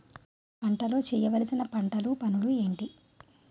పంటలో చేయవలసిన పంటలు పనులు ఏంటి?